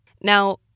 Now